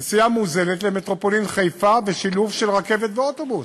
נסיעה מוזלת למטרופולין חיפה ושילוב של רכבת ואוטובוס.